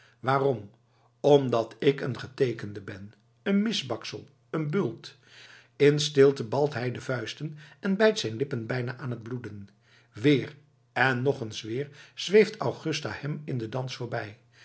waarom omdat ik een geteekende ben een misbaksel een bult in stilte balt hij de vuisten en bijt zijn lippen bijna aan t bloeden weer en nog eens weer zweeft augusta hem in den dans voorbij